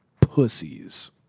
pussies